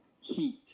heat